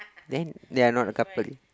then they are not a couple already